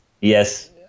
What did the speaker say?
Yes